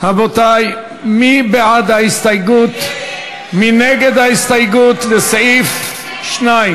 של חברי הכנסת, ההסתייגות של חברי